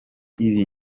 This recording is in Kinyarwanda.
ibi